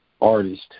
artist